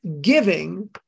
Giving